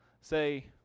say